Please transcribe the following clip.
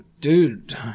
dude